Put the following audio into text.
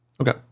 Okay